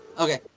Okay